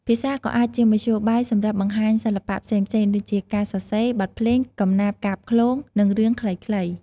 ភាសាក៏អាចជាមធ្យោបាយសម្រាប់បង្ហាញសិល្បៈផ្សេងៗដូចជា ការសរសេរ បទភ្លេង កំណាព្យកាបឃ្លោង និងរឿងខ្លីៗ។